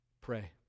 Pray